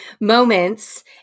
moments